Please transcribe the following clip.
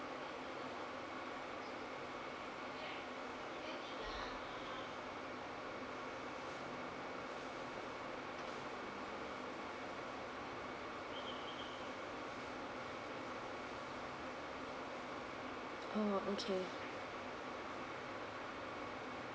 oh okay